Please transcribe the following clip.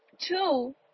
Two